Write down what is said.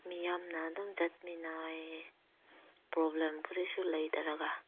ꯃꯤꯌꯥꯝꯅ ꯑꯗꯨꯝ ꯆꯠꯃꯤꯟꯅꯩꯌꯦ ꯄ꯭ꯔꯣꯕ꯭ꯂꯦꯝ ꯀꯔꯤꯁꯨ ꯂꯩꯇ꯭ꯔꯒ